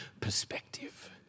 perspective